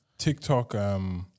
TikTok